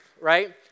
right